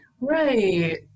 right